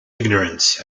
ignorance